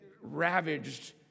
ravaged